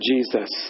Jesus